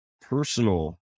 personal